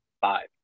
five